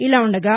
ఇలా ఉండగా